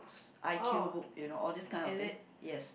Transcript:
I_Q book you know all this kind of thing yes